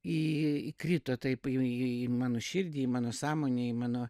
į įkrito taip į mano širdį mano sąmonėj mano